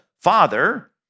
father